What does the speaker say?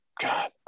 God